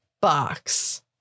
box